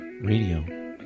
Radio